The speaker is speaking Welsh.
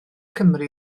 cymru